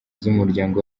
z’umuryango